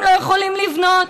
הם לא יכולים לבנות.